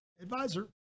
advisor